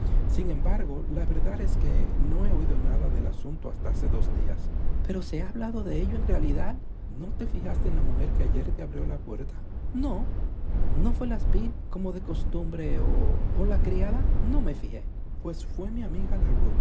sin embargo la verdad es que no he oído nada del asunto hasta hace dos días pero se ha hablado de ello en realidad no te fijaste en la mujer que ayer te abrió la puerta no no fué la speed como de costumbre o la criada no me fijé pues fué mi amiga la